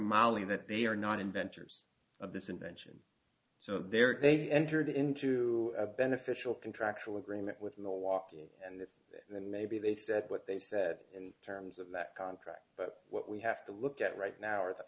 molly that they are not inventors of this invention so they're they've entered into a beneficial contractual agreement with milwaukee and then maybe they said what they said in terms of that contract but what we have to look at right now are the